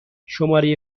شماره